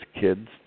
kids